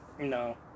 No